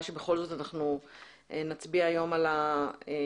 שבכל זאת אנחנו נצביע היום על התקנות,